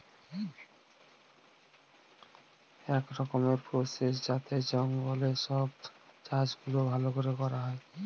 এক রকমের প্রসেস যাতে জঙ্গলে সব চাষ গুলো করা হয়